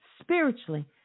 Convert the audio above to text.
spiritually